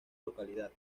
localidad